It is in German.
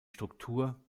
struktur